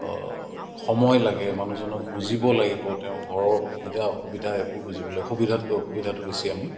সময় লাগে মানুহজনক বুজিব লাগিব তেওঁৰ ঘৰৰ সুবিধা অসুবিধা এইবোৰ বুজিবলৈ সুবিধাতকৈ অসুবিধাটো বেছি আমি